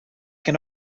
can